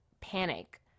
panic